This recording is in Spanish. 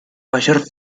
mayor